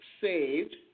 saved